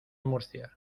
murcia